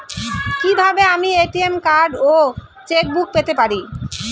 কি কিভাবে আমি এ.টি.এম কার্ড ও চেক বুক পেতে পারি?